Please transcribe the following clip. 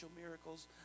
miracles